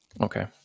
okay